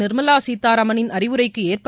நிர்மலா சீதாராமனின் அறிவுரைக்கு ஏற்ப